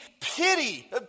pity